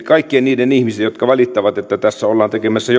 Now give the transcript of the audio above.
kaikkien niiden ihmisten jotka valittavat että tässä ollaan tekemässä